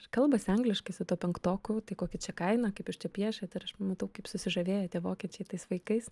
ir kalbasi angliškai su tuo penktoku tai kokia čia kaina kaip jūs čia piešiat ir aš pamatau kaip susižavėjo tie vokiečiai tais vaikais